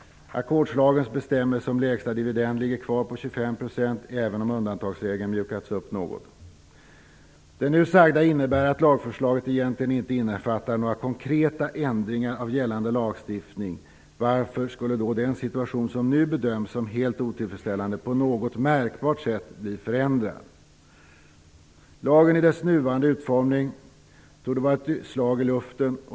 Ackordslagens bestämmelser om lägsta dividend ligger kvar på 25 % även om undantagsregeln mjukats upp något. Det nu sagda innebär att lagförslaget egentligen inte innefattar några konkreta ändringar av gällande lagstiftning. Varför skulle då den situation som nu bedöms som helt otillfredsställande bli förändrad på något märkbart sätt? Lagen i dess nuvarande utformning torde vara ett slag i luften.